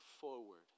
forward